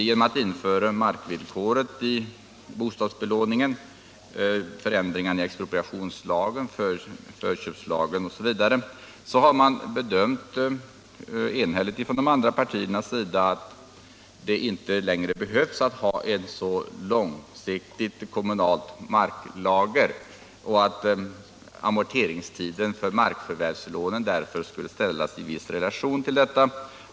Sedan man infört markvillkoret i bostadsbelåningen och gjort förändringar i expropriationslagen, förköpslagen osv. har partierna, utom vpk, enhälligt kommit till uppfattningen att det inte längre behövs ett så långsiktigt kommunalt marklager och att amorteringstiden för markförvärvslånen skall ställas i viss relation till detta.